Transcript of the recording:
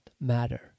matter